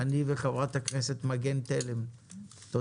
פה אחד התקנות אושרו.